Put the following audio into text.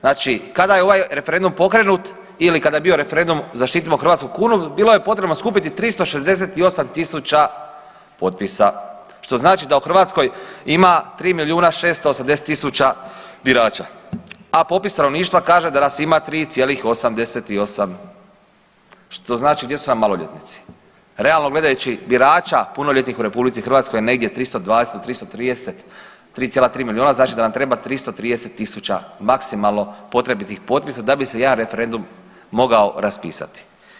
Znači kada je ovaj referendum pokrenut ili kada je bio referendum „Zaštitimo hrvatsku kunu“ bilo je potrebno skupiti 368 tisuća potpisa, što znači da u Hrvatskoj ima 3 milijuna 680 tisuća birača, a popis stanovništva kaže da nas ima 3,88 što znači gdje su nam maloljetnici, relativno gledajući birača punoljetnih u RH je negdje 320 do 330, 3,3 milijuna, znači da nam treba 330 tisuća maksimalno potrebitih potpisa da bi se jedan referendum mogao raspisati.